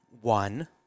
one